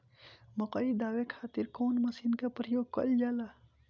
मकई दावे खातीर कउन मसीन के प्रयोग कईल जाला?